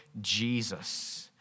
Jesus